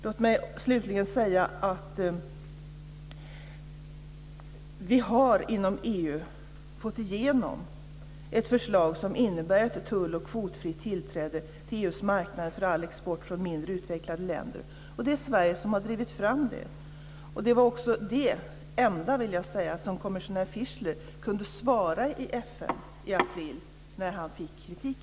Låt mig slutligen säga att vi har inom EU fått igenom fått ett förslag som innebär ett tull och kvotfritt tillträde till EU:s marknad för all export från mindre utvecklade länder. Det är Sverige som har drivit fram detta. Detta var också det enda, vill jag säga, som kommissionär Fischler kunde svara i FN i april när han fick kritik.